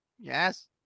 Yes